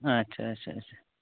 اچھا اچھا اچھا